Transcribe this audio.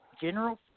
General –